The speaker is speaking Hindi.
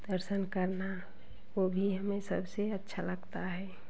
दर्शन करना वो भी हमें सबसे अच्छा लगता है